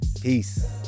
peace